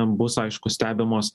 bus aišku stebimos